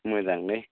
मोजांलै